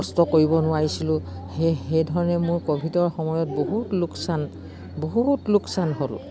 কষ্ট কৰিব নোৱাৰিছিলোঁ সেই সেইধৰণে মোৰ ক'ভিডৰ সময়ত বহুত লোকচান বহুত লোকচান হ'লোঁ